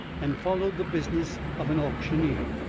and followed the business of an auctioneer,